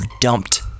dumped